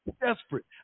desperate